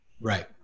Right